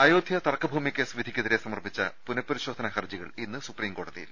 അയോധ്യ തർക്ക ഭൂമി കേസ് വിധിക്കെതിരെ സമർപ്പിച്ച പുനപരി ശോധനാ ഹർജികൾ ഇന്ന് സുപ്രീംകോടതിയിൽ